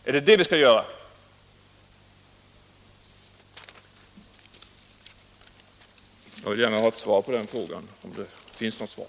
Är det vad vi skall göra? Jag vill gärna ha ett svår på den frågan, om det finns något svar.